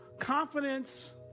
confidence